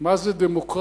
מה זה דמוקרטיה